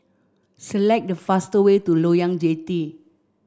select the fastest way to Loyang Jetty